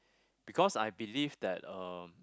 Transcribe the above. because I believe that uh